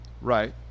Right